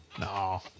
No